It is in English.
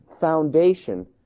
foundation